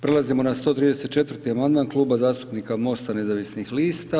Prelazimo na 134. amandman Klub zastupnika MOST-a Nezavisnih lista.